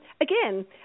again